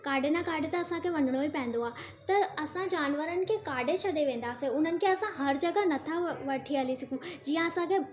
काॾे न काॾे त असांखे वञिणो ई पवंदो आहे त असां जानवरनि खे काॾे छॾे वेंदासे उन्हनि खे असां हर जॻहि न था वठी हली सघूं जीअं असां खे